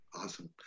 Awesome